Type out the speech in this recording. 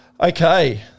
Okay